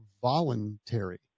voluntary